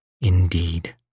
indeed